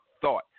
thought